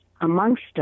amongst